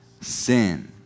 sin